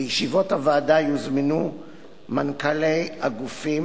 לישיבות הוועדה יוזמנו מנכ"לי הגופים